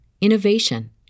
innovation